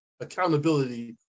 accountability